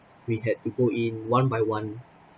we had to go in one by one